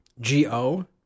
G-O